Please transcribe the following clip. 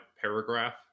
paragraph